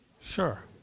Sure